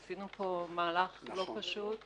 עשינו פה מהלך לא פשוט.